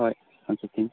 ꯍꯣꯏ ꯍꯪꯆꯤꯠꯀꯤꯅꯤ